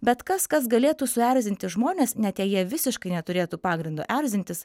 bet kas kas galėtų suerzinti žmones net jei jie visiškai neturėtų pagrindo erzintis